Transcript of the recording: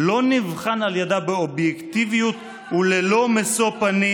"לא נבחן על ידה באובייקטיביות וללא משוא פנים"?